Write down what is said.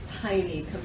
tiny